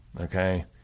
okay